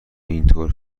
اینطور